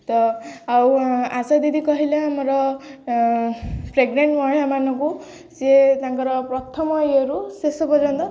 ତ ଆଉ ଆଶା ଦିଦି କହିଲେ ଆମର ପ୍ରେଗନେଣ୍ଟ ମହିଳାମାନଙ୍କୁ ସିଏ ତାଙ୍କର ପ୍ରଥମ ଇଏରୁ ଶେଷ ପର୍ଯ୍ୟନ୍ତ